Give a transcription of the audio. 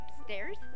upstairs